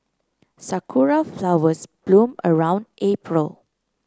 sakura flowers bloom around April